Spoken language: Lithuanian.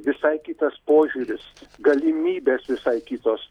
visai kitas požiūris galimybės visai kitos